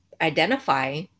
identify